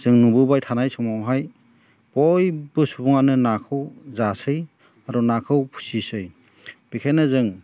जों नुबोबाय थानाय समावहाय बयबो सुबुङानो नाखौ जासै आरो नाखौ फिसिसै बेखायनो जों